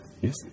Yes